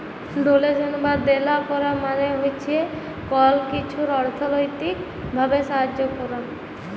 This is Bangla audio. ডোলেশল বা দেলা ক্যরা মালে হছে কল কিছুর অথ্থলৈতিক ভাবে সাহায্য ক্যরা